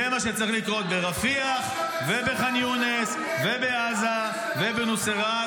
זה מה שצריך לקרות ברפיח ובח'אן יונס ובעזה ובנוסייראת.